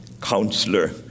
counselor